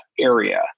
area